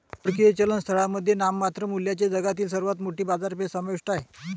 परकीय चलन स्थळांमध्ये नाममात्र मूल्याने जगातील सर्वात मोठी बाजारपेठ समाविष्ट आहे